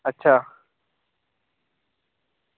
अच्छा